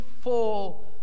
full